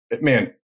man